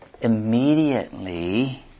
immediately